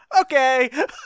Okay